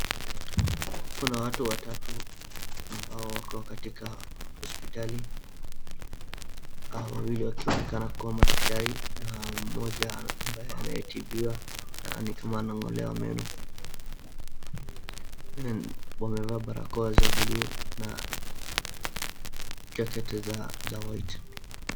Kuna watu watatu ambao wako katika hosptali wawili wakionekana kuwa madaktari na mmoja amabaye anayetibiwa ni kama anang'olewa meno. Wamevaa barakoa za buluu na jacket za white .